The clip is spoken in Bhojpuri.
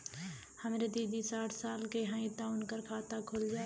हमरे दादी साढ़ साल क हइ त उनकर खाता खुल जाई?